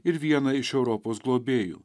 ir viena iš europos globėjų